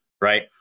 right